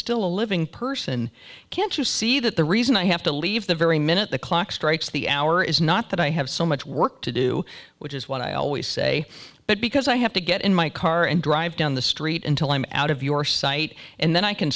still a living person can't you see that the reason i have to leave the very minute the clock strikes the hour is not that i have so much work to do which is what i always say but because i have to get in my car and drive down the street until i'm out of your sight and then i can